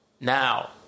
Now